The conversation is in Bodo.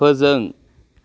फोजों